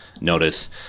notice